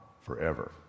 forever